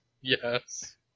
Yes